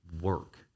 work